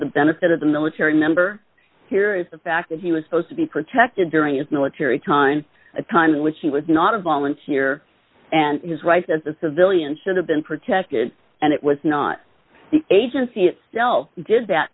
the benefit of the military member here is the fact that he was supposed to be protected during its military time a time in which he was not a volunteer and his rights as a civilian should have been protected and it was not the agency itself did that